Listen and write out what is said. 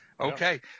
Okay